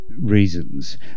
reasons